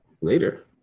later